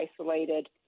isolated